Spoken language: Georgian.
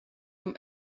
რომ